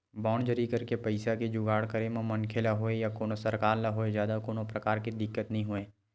bond जारी करके पइसा के जुगाड़ करे म मनखे ल होवय या कोनो सरकार ल होवय जादा कोनो परकार के दिक्कत नइ होवय